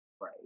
Right